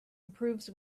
improves